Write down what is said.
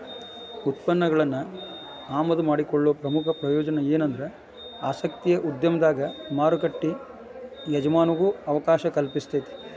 ಉತ್ಪನ್ನಗಳನ್ನ ಆಮದು ಮಾಡಿಕೊಳ್ಳೊ ಪ್ರಮುಖ ಪ್ರಯೋಜನ ಎನಂದ್ರ ಆಸಕ್ತಿಯ ಉದ್ಯಮದಾಗ ಮಾರುಕಟ್ಟಿ ಎಜಮಾನಾಗೊ ಅವಕಾಶ ಕಲ್ಪಿಸ್ತೆತಿ